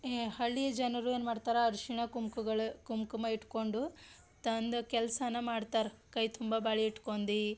ಈ ಹಳ್ಳಿಯ ಜನರು ಏನು ಮಾಡ್ತಾರೆ ಅರಿಶಿಣ ಕುಂಕ್ಗಳ್ ಕುಂಕುಮ ಇಟ್ಟುಕೊಂಡು ತನ್ನದು ಕೆಲಸನ ಮಾಡ್ತಾರೆ ಕೈ ತುಂಬ ಬಳೆ ಇಟ್ಕೊಂಡಿ